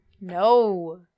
no